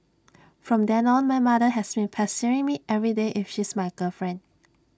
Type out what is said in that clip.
from then on my mother has been pestering me everyday if she's my girlfriend